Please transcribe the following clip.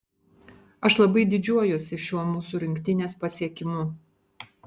aš labai didžiuojuosi šiuo mūsų rinktinės pasiekimu